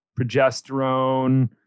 progesterone